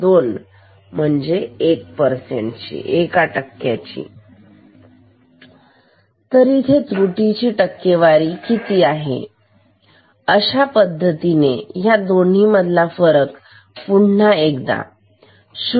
022 1 तर त्रुटी ची टक्केवारी त्रुटी किती आहे अशा पद्धतीने ह्या दोन्ही मधला फरक पुन्हा एकदा 0